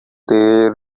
there